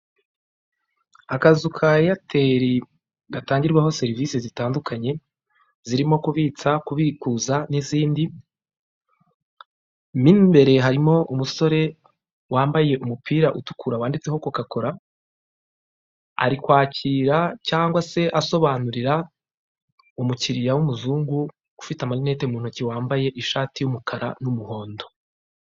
Akazu ka eyateri gatangirwaho serivisi zitandukanye zirimo kubitsa, kubikuza n'izindi, mo imbere harimo umusore wambaye umupira utukura wanditseho koka kora, cyane ari kwakira cyangwa se asobanurira umukiriya w'umuzungu ufite amarinete mu ntoki, wambaye ishati y'umukara n'umuhondo.